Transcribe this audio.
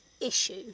issue